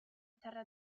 terra